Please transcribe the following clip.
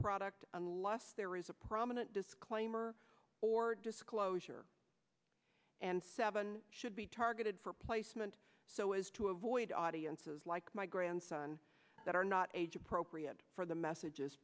product unless there is a prominent disclaimer or disclosure and seven should be targeted for placement so as to avoid audiences like my grandson that are not age appropriate for the messages